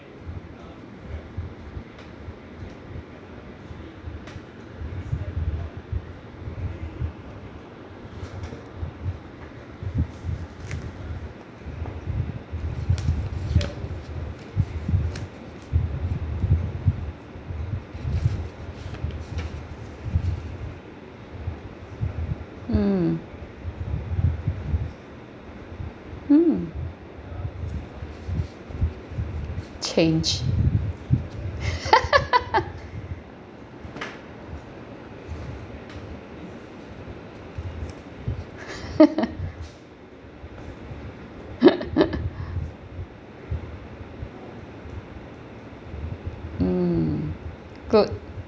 mm mm change mm good